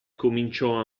cominciò